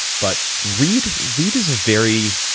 but reid reid is a very